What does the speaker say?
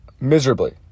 miserably